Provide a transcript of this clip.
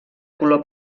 color